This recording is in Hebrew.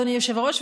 אדוני היושב-ראש,